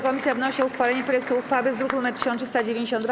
Komisja wnosi o uchwalenie projektu uchwały z druku nr 1392.